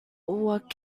what